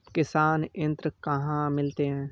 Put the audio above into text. किसान यंत्र कहाँ मिलते हैं?